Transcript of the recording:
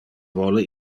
vole